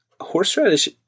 Horseradish